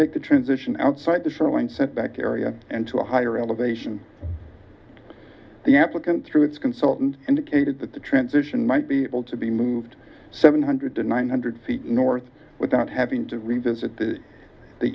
take the transition outside the shoreline setback area and to a higher elevation the applicant through its consultant indicated that the transition might be able to be moved seven hundred to one hundred feet north without having to revisit the the